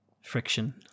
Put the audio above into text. Friction